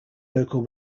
local